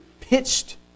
pitched